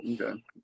okay